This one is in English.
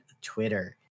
twitter